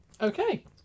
okay